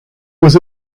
was